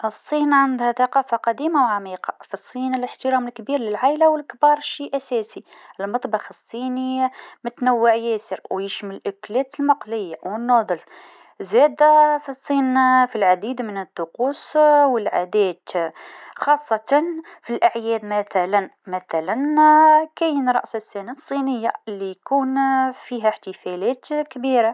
الصين عندها ثقافه قديمه و عميقه في الصين الاحترام كبير للعايله والكبار الشي أساسي المطبخ الصيني متنوع ياسر ويشمل الأكلات المقليه والنودل زادا في الصين في العديد من الطقوس والعادات خاصة في الأعياد مثلا مثلا فمه رأس السنه الصينيه اللي يكون فيها احتفالات كبيره.